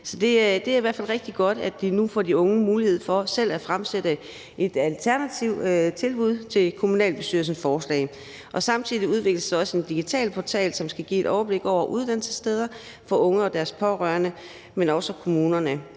Det er i hvert fald rigtig godt, at de unge nu får mulighed for selv at fremsætte et alternativt forslag til kommunalbestyrelsens forslag. Samtidig udvikles der også en digital portal, som skal give unge og deres pårørende, men også kommunerne